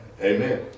Amen